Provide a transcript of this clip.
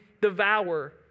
devour